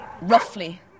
roughly